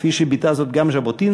כפי שביטא זאת גם ז'בוטינסקי,